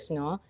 no